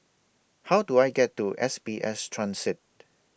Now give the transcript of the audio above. How Do I get to S B S Transit